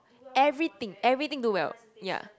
everything everything do well ya